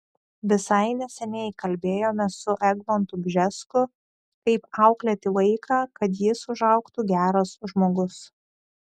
visai neseniai kalbėjome su egmontu bžesku kaip auklėti vaiką kad jis užaugtų geras žmogus